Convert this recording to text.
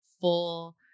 full